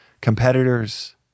competitors